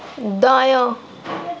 دایاں